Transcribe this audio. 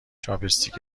چاپستیک